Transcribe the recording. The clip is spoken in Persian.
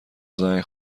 زنگ